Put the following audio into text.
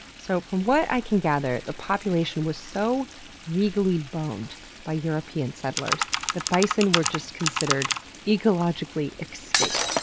so from what i can gather, the population was so regally boned by european settlers that bison were just considered ecologically extinct.